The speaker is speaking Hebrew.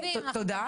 תודה.